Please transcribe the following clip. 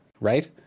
right